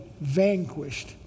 vanquished